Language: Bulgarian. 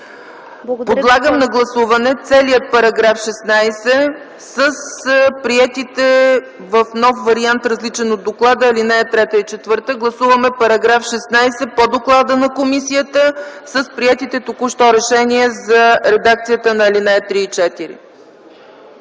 Подлагам на гласуване целия § 16 с приетите в нов вариант, различен от доклада, ал. 3 и 4. Гласуваме § 16 по доклада на комисията с приетите току-що решения за редакцията на ал. 3 и 4.